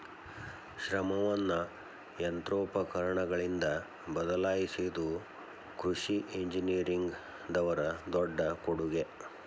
ಶ್ರಮವನ್ನಾ ಯಂತ್ರೋಪಕರಣಗಳಿಂದ ಬದಲಾಯಿಸಿದು ಕೃಷಿ ಇಂಜಿನಿಯರಿಂಗ್ ದವರ ದೊಡ್ಡ ಕೊಡುಗೆ